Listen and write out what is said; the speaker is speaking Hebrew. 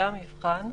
זה המבחן.